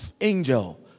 angel